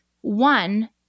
one